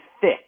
thick